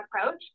approach